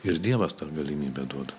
ir dievas tą galimybę duoda